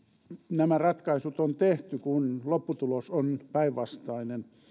nämä ratkaisut on tehty kun lopputulos on päinvastainen